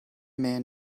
man